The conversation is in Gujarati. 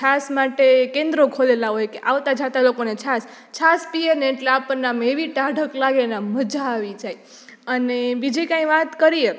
છાશ માટે કેન્દ્રો ખોલેલાં હોય કે આવતા જતા લોકોને છાશ છાશ પીએને એટલે આપણને આમ એવી ટાઢક લાગેને આમ મજા આવી જાય અને બીજી કઈ વાત કરીએ